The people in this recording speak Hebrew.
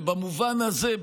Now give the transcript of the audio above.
ובמובן הזה,